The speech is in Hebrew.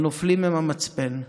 הנופלים הם המצפן,